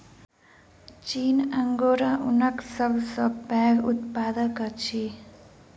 चीन अंगोरा ऊनक सब सॅ पैघ उत्पादक अछि